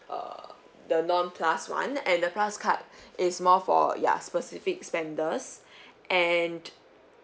err the non plus [one] and the plus card is more for ya specific spenders and